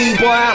boy